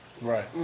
Right